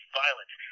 violent